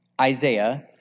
Isaiah